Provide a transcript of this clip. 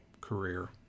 career